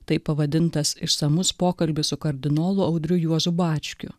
taip pavadintas išsamus pokalbis su kardinolu audriu juozu bačkiu